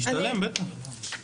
משתלם, בטח.